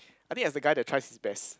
I think as a guy that tries his best